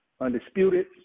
Undisputed